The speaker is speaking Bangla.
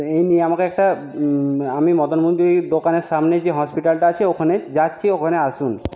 এই নিয়ে আমাকে একটা আমি মদন মুদির দোকানের সামনে যে হসপিটালটা আছে ওখানেই যাচ্ছি ওখানে আসুন